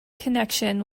connection